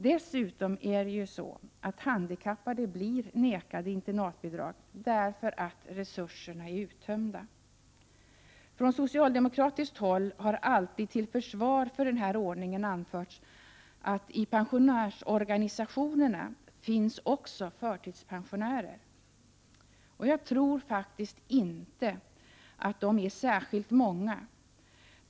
Dessutom blir ju handikappade nekade internatbidrag, därför att resurserna är uttömda. Från socialdemokratiskt håll har till försvar för den här ordningen alltid framförts att i pensionärsorganisationerna finns också förtidspensionärer. Jag tror faktiskt inte att de är särskilt många.